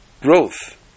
growth